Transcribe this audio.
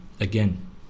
again